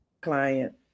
client